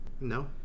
No